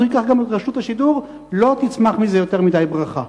אז הוא ייקח גם את רשות השידור.לא תצמח מזה יותר מדי ברכה.